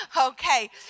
Okay